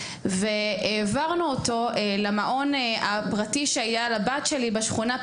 והעברנו אותו למעון הפרטי שהיה לבת שלי בשכונה,